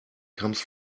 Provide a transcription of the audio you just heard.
comes